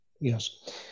Yes